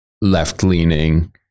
left-leaning